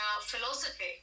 philosophy